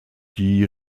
die